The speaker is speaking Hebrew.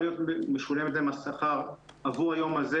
להיות משולמת להם השכר עבור היום הזה.